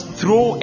throw